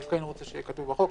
הוא כן רוצה שיהיה כתוב בחוק,